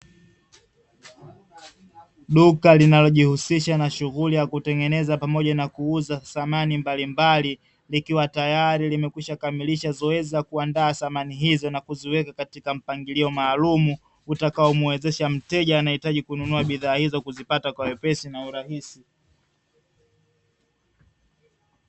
Duka linalojihusisha na shughuli ya kutengeneza pamoja na kuuza samani mbalimbali, likiwa tayari limekwisha kamilisha zoezi la kuandaa samani hizo na kuziweka katika mpangilio maalumu utakaomwezesha mteja anayehitaji kununua bidhaa hizo kuzipata kwa wepesi na urahisi.